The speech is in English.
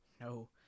No